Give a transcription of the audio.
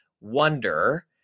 Wonder